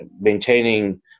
maintaining